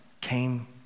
came